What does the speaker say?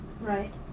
Right